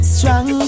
Strong